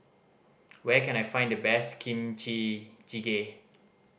where can I find the best Kimchi Jjigae